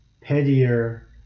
pettier